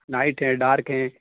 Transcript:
light ہیں dark ہیں